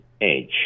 edge